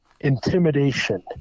intimidation